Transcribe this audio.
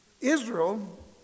Israel